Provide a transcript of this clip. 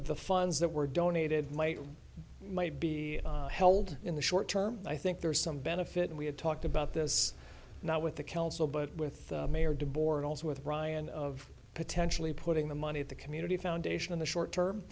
the funds that were donated might might be held in the short term i think there is some benefit and we had talked about this not with the council but with mayor de boer and also with ryan of potentially putting the money at the community foundation in the short term